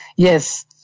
Yes